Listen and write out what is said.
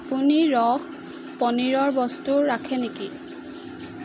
আপুনি ৰস পনীৰৰ বস্তু ৰাখে নেকি